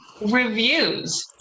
Reviews